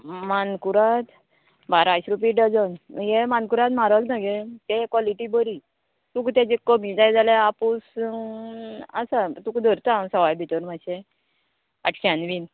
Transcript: मानकुराद बाराशे रुपया डजन हे मानकुराद म्हारग नगे ते कॉलिटी बरी तुका तेजे कमी जाय जाल्यार आपूस आसा तुका धरता हांव सवाय भितर मातशें आठश्यान बीन